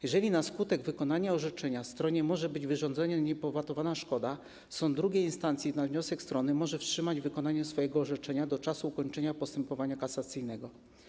Jeżeli na skutek wykonania orzeczenia stronie może być wyrządzona niepowetowana szkoda, sąd II instancji na wniosek strony może wstrzymać wykonanie swojego orzeczenia do czasu ukończenia postępowania kasacyjnego.